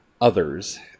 others